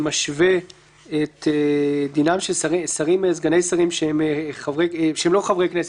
שמשווה את דינם של שרים וסגני שרים שהם לא חברי כנסת,